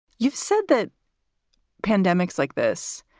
you've said that pandemics like this,